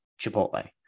Chipotle